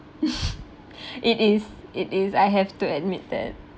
it is it is I have to admit that